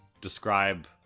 describe